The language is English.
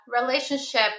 relationship